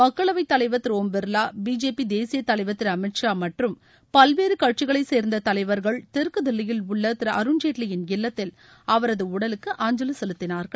மக்களவைத் தலைவர் திரு ஒம் பிர்லா பிஜேபி தேசிய தலைவர் திரு அமித் ஷா மற்றும் பல்வேறு கட்சிகளைச் சேர்ந்த தலைவர்கள் தெற்கு தில்லியில் உள்ள திரு அருன்ஜேட்லியின் இல்லத்தில் அவரது உடலுக்கு அஞ்சலி செலுத்தினார்கள்